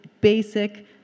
basic